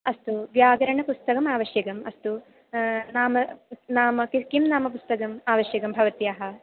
अस्तु व्याकरणपुस्तकम् आवश्यकम् अस्तु नाम नाम किं नाम पुस्तकम् आवश्यकं भवत्याः